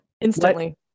Instantly